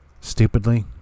stupidly